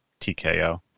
TKO